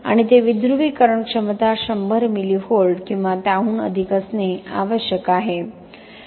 आणि ते विध्रुवीकरण क्षमता 100 मिली व्होल्ट किंवा त्याहून अधिक असणे आवश्यक आहे